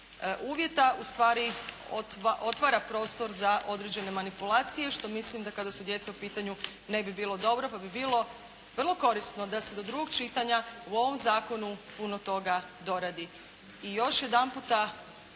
uvjeta ustvari otvara prostor za određene manipulacije, što mislim da kada su djeca u pitanju, ne bi bilo dobro, pa bi bilo vrlo korisno da se do drugog čitanja u ovom zakonu puno toga doradi. I još jedanputa,